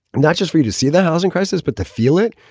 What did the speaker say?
not just for you to see the housing crisis, but to feel it.